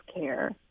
care